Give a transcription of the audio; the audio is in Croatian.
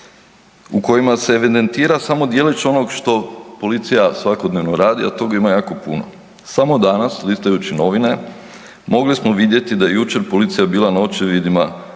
u kojima se evidentira samo djelić onog što policija svakodnevno radi, a tog ima jako puno. Samo danas listajući novine mogli smo vidjeti da je jučer policija bila na očevidima